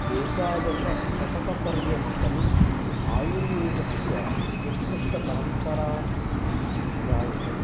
एकादशशतकपर्यन्तम् आयुर्वेदस्य उत्कृष्टपरम्परा ज्ञायते